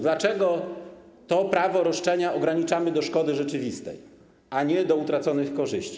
Dlaczego to prawo roszczenia ograniczamy do szkody rzeczywistej, a nie do utraconych korzyści?